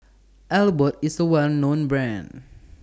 Abbott IS A Well known Brand